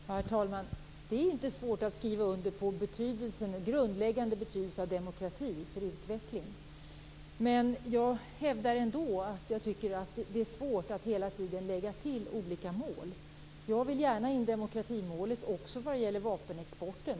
Herr talman! Det är inte svårt att skriva under på den grundläggande betydelsen av demokrati för utveckling. Jag hävdar ändå att det är svårt att hela tiden lägga till olika mål. Jag vill gärna ha in demokratimålet också vad gäller vapenexporten.